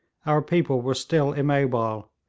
our people were still immobile,